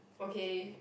okay